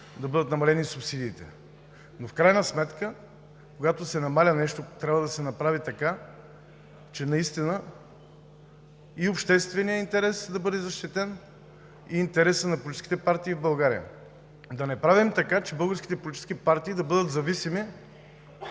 да бъдат намалени субсидиите. В крайна сметка, когато се намалява нещо, трябва да се направи така, че наистина и общественият интерес да бъде защитен, и интересът на политическите партии в България, да не правим така, че българските политически партии да бъдат зависими